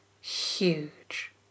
huge